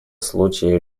случаи